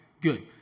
Good